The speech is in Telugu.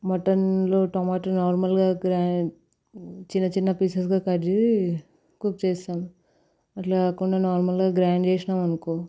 మటన్లో టమోటాలు నార్మల్గా గ్రైండ్ చిన్న చిన్న పీసెస్గా కట్ చేసి కుక్ చేసాం అట్లా కాకుండా నార్మల్గా గ్రైండ్ చేసినామనుకో